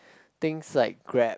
things like Grab